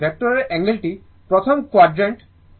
সুতরাং ভোল্টেজের অ্যাঙ্গেলটি প্রথম কোয়াডর্যান্ট